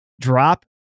drop